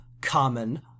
common